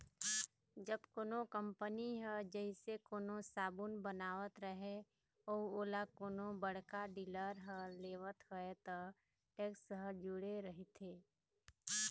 जब कोनो कंपनी ह जइसे कोनो साबून बनावत हवय अउ ओला कोनो बड़का डीलर ह लेवत हवय त टेक्स ह जूड़े रहिथे